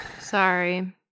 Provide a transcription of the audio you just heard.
Sorry